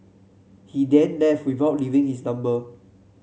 he then left without leaving his number